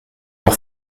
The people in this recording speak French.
leur